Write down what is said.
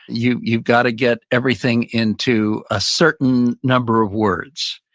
you've you've got to get everything into a certain number of words,